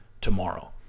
tomorrow